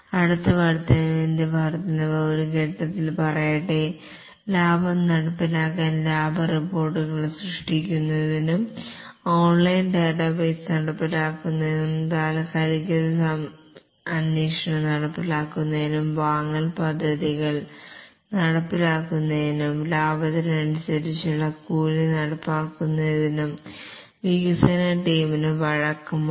അടുത്ത വർധനവിന്റെ വർദ്ധനവ് ഒരു ഘട്ടത്തിൽ പറയട്ടെ ലാഭം നടപ്പിലാക്കാൻ ലാഭ റിപ്പോർട്ടുകൾ സൃഷ്ടിക്കുന്നതിനും ഓൺലൈൻ ഡാറ്റാബേസ് നടപ്പിലാക്കുന്നതിനും താൽക്കാലിക അന്വേഷണം നടപ്പിലാക്കുന്നതിനും വാങ്ങൽ പദ്ധതികൾ നടപ്പിലാക്കുന്നതിനും ലാഭത്തിനനുസരിച്ചുള്ള കൂലി നടപ്പാക്കുന്നതിനും വികസന ടീമിന് വഴക്കമുണ്ട്